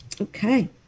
Okay